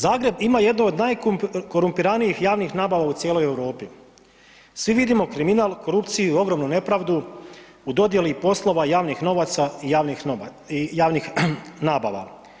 Zagreb ima jednu od najkorumpiranijih javnih nabava u cijeloj Europi, svi vidimo kriminal, korupciju i ogromnu nepravdu u dodjeli poslova javnih novaca i javnih nabava.